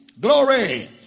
glory